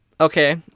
Okay